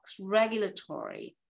regulatory